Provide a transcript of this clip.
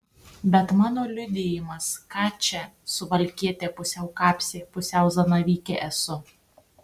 bet mano liudijimas ką čia suvalkietė pusiau kapsė pusiau zanavykė esu